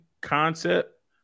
concept